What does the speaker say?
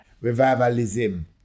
Revivalism